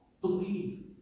Believe